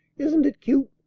isn't it cute?